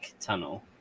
Tunnel